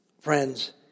friends